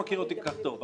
מיקי, תודה.